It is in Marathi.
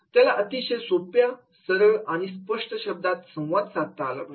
त्याला अतिशय सोप्या सरळ आणि स्पष्ट शब्दात संवाद साधता आला पाहिजे